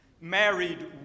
married